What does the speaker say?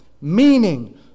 meaning